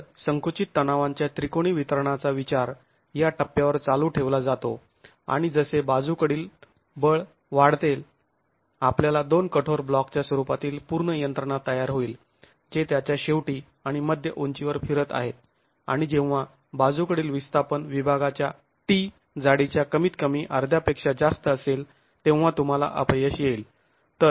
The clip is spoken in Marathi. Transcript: तर संकुचित तणावांच्या त्रिकोणी वितरणाचा विचार या टप्प्यावर चालू ठेवला जातो आणि जसे बाजूकडील बळ वाढेल आपल्याला दोन कठोर ब्लॉकच्या स्वरूपातील पूर्ण यंत्रणा तयार होईल जे त्याच्या शेवटी आणि मध्य उंचीवर फिरत आहेत आणि जेव्हा बाजूकडील विस्थापन विभागाच्या 't' जाडीच्या कमीत कमी अर्ध्यापेक्षा जास्त असेल तेव्हा तुम्हाला अपयश येईल